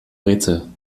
rätsel